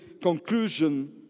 conclusion